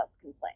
complaint